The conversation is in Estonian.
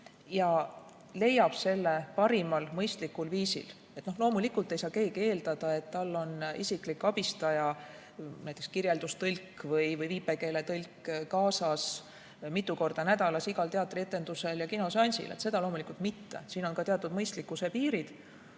ja leiab selle parimal mõistlikul viisil. Loomulikult ei saa keegi eeldada, et tal on isiklik abistaja, näiteks kirjeldustõlk või viipekeeletõlk kaasas mitu korda nädalas igal teatrietendusel ja kinoseansil. Seda loomulikult mitte. Siin on teatud mõistlikkuse piirid.